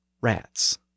rats